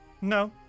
No